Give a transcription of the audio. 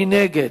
מי נגד?